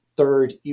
third